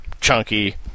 Chunky